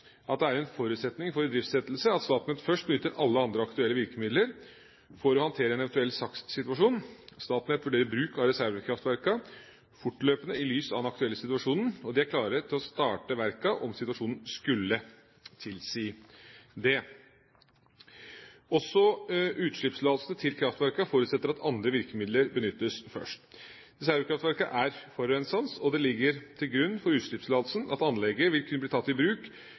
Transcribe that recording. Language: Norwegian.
at det er en forutsetning for idriftsettelse at Statnett først benytter alle andre aktuelle virkemidler for å håndtere en eventuell SAKS-situasjon. Statnett vurderer bruk av reservekraftverkene fortløpende i lys av den aktuelle situasjonen, og de er klare til å starte verkene om situasjonen skulle tilsi det. Også utslippstillatelsene til kraftverkene forutsetter at andre virkemidler benyttes først. Reservekraftverkene er forurensende, og det ligger til grunn for utslippstillatelsen at anlegget vil kunne bli tatt i bruk